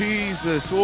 Jesus